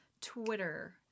Twitter